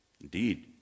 Indeed